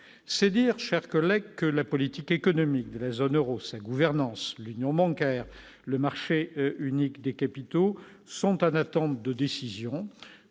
c'est dire, chers collègues, que la politique économique de la zone Euro, sa gouvernance l'union bancaire le marché unique des capitaux Santana tente de décisions